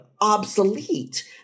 obsolete